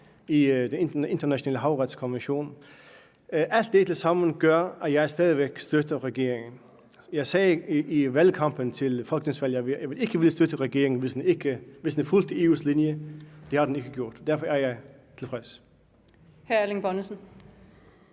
i den internationale havretskommission. Alt det tilsammen gør, at jeg stadig væk støtter regeringen. Jeg sagde i valgkampen til folketingsvalget, at jeg ikke ville støtte regeringen, hvis den fulgte EU's linje, og det har den ikke gjort. Derfor er jeg tilfreds.